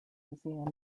museum